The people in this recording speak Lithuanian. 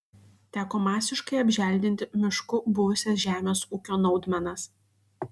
teko masiškai apželdinti mišku buvusias žemės ūkio naudmenas